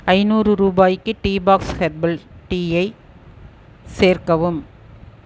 ஐந்நூறு ரூபாய்க்கு tea box herbal டீயை சேர்க்கவும்